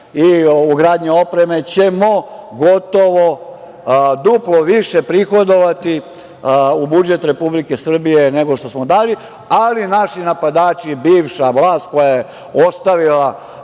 i ugradnje opreme ćemo gotovo duplo više prihodovati u budžet Republike Srbije nego što smo dali, ali naši napadači, bivša vlast koja je ostavila